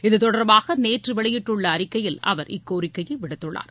இத்தொடர்பாக நேற்று வெளியிட்டுள்ள அறிக்கையில் அவர் இக்கோரிக்கையை விடுத்துள்ளார்